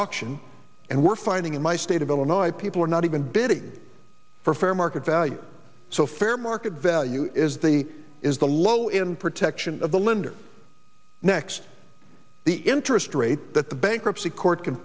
auction and we're finding in my state of illinois people are not even bidding for fair market value so fair market value is the is the low in protection of the lender next the interest rate that the bankruptcy court can